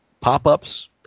Pop-ups